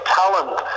talent